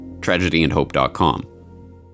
tragedyandhope.com